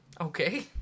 Okay